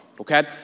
okay